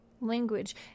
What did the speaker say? Language